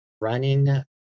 running